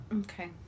Okay